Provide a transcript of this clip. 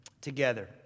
together